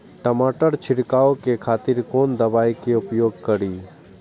टमाटर छीरकाउ के खातिर कोन दवाई के उपयोग करी?